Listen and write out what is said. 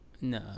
No